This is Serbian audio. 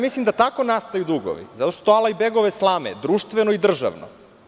Mislim da tako nastaju dugovi, zato što su to Alajbegove slame, društveno i državno.